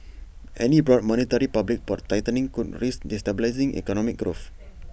any broad monetary policy tightening could risk destabilising economic growth